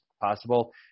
possible